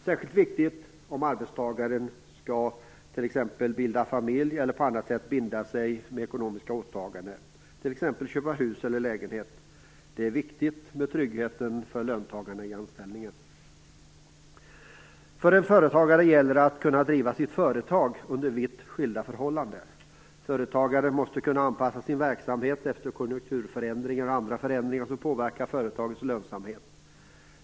Särskilt viktigt är det om arbetstagaren exempelvis skall bilda familj eller på annat sätt binda sig för ekonomiska åtaganden, t.ex. köp av hus eller lägenhet. Det är viktigt med trygghet i anställningen för löntagarna. För en företagare gäller det att kunna driva sitt företag under vitt skilda förhållanden. Företagaren måste kunna anpassa sin verksamhet efter konjunkturförändringar och andra förändringar som påverkar företagets lönsamhet.